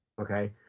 Okay